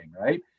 right